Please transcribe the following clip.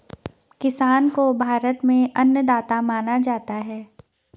किसान को भारत में अन्नदाता माना जाता है